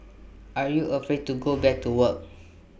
are you afraid to go back to work